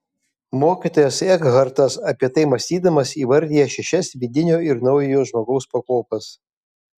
mokytojas ekhartas apie tai mąstydamas įvardija šešias vidinio ir naujojo žmogaus pakopas